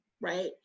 right